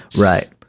right